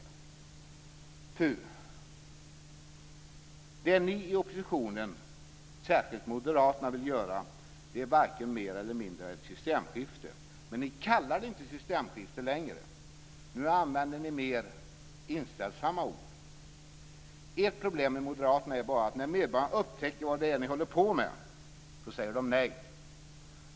Puh! Det ni i oppositionen - särskilt moderaterna - vill göra är varken mer eller mindre än ett systemskifte. Men ni kallar det inte systemskifte längre. Nu använder ni mer inställsamma ord. Ert problem i Moderaterna är bara att medborgarna säger nej när de upptäcker vad det är ni håller på med.